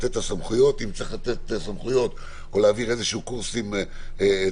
ואם צריך לתת איזה סמכויות או להעביר קורסים את